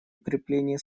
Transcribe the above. укрепление